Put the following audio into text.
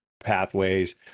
pathways